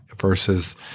versus